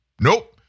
Nope